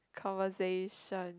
conversation